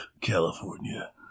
California